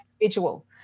individual